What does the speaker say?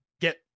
get